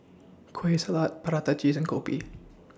Kueh Salat Prata Cheese and Kopi